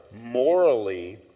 morally